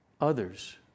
others